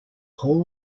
paul